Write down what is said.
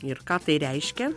ir ką tai reiškia